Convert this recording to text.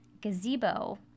gazebo